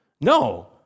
No